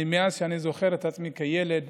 מאז שאני זוכר את עצמי כילד,